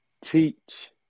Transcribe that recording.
teach